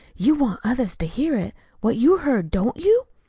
you want others to hear it what you heard don't you?